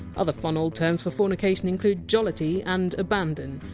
other fun old terms for fornication include! jollity! and! abandon.